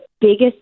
biggest